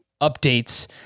updates